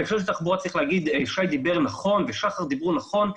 בהקשר של תחבורה צריך לומר ששי ושחר דיברו נכון.